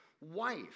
wife